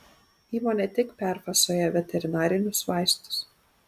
įmonė tik perfasuoja veterinarinius vaistus